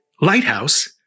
Lighthouse